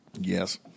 Yes